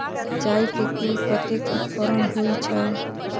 सिंचाई के कुल कतेक उपकरण होई छै?